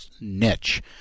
niche